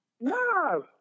No